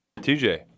TJ